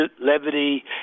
levity